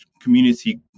community